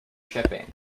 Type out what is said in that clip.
shipping